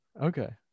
Okay